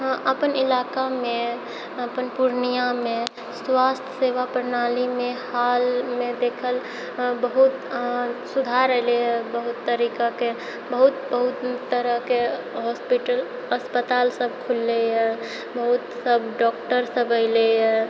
हाँ अपन इलाकामे अपन पूर्णियामे स्वास्थ सेवा प्रणालीमे हालमे देखल बहुत हाँ सुधार एलैहँ बहुत तरीकाके बहुत बहुत तरहके हॉस्पिटल अस्पताल सब खुललैहँ बहुत सब बहुत डॉक्टर सब ऐलैहँ